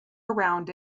around